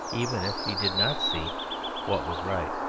even if he did not see what was right.